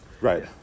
Right